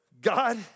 God